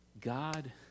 God